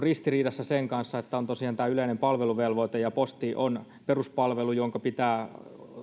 ristiriidassa sen kanssa että on tosiaan yleinen palveluvelvoite ja posti on peruspalvelu jonka pitää